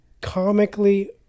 comically